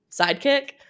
sidekick